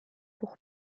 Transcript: pour